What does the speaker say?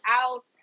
out